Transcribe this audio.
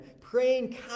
praying